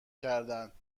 کردند